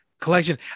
collection